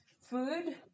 food